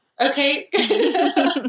Okay